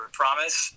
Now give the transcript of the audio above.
promise